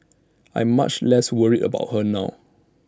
I'm much less worried about her now